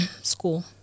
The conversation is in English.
school